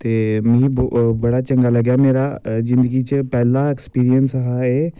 ते मिगी बड़ा चंगा लग्गेआ मेरा जिन्दगी च पैह्ला ऐक्सपिरियंस हा एह्